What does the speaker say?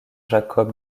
jacob